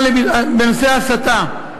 בנושא ההסתה,